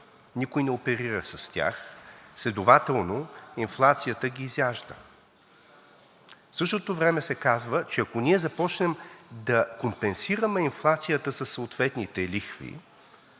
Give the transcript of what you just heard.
никой не оперира с тях, следователно инфлацията ги изяжда. В същото време се казва, че ако ние започнем да компенсираме инфлацията със съответните лихви,